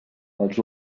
els